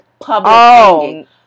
Public